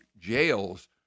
jails